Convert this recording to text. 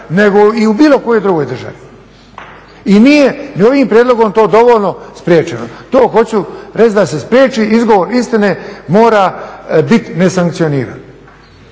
nego i u bilo kojoj drugoj državi. I nije ni ovim prijedlogom to dovoljno spriječeno, to hoću reći da se spriječi, izgovor istine mora biti nesankcioniran.